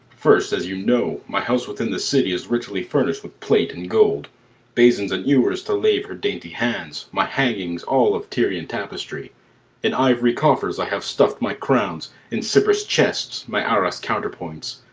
first, as you know, my house within the city is richly furnished with plate and gold basins and ewers to lave her dainty hands my hangings all of tyrian tapestry in ivory coffers i have stuff'd my crowns in cypress chests my arras counterpoints,